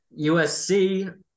USC